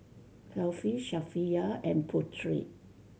Kefli Safiya and Putri